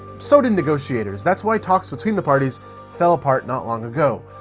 so did negotiators. that's why talks between the parties fell apart not long ago,